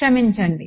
క్షమించండి